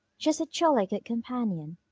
just a jolly good companion.